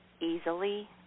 easily